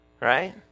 right